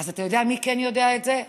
אז אתה יודע מי כן יודע את זה?